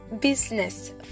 business